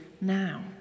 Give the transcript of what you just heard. now